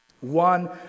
One